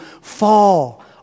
fall